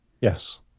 yes